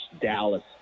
Dallas